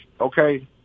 Okay